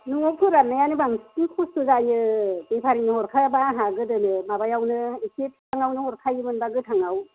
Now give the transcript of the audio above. न'आव फोरान्नायानो बांसिन खस्थ' जायो बेफारिनो हरखायाबा आंहा गोदोनो माबायावनो एसे बिफाङावनो हरखायोमोनबा गोथाङाव